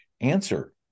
answer